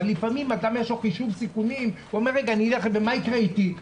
אבל לפעמים לאדם יש חישוב סיכונים והוא אומר: ומה יקרה איתי?